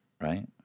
right